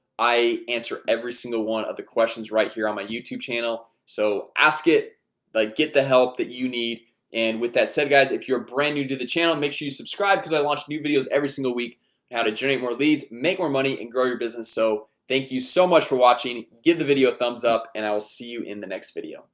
i answer every single one other questions right here on my youtube channel so ask it but get the help that you need and with that said guys if you're brand new to the channel make sure you subscribe because i launch new videos every single week how to generate more leads make more money and grow your business so thank you so much for watching. give the video a thumbs up and i will see you in the next video